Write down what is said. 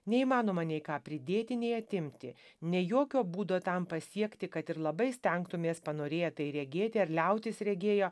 neįmanoma nei ką pridėti nei atimti nei jokio būdo tam pasiekti kad ir labai stengtumės panorėję tai regėti ar liautis regėję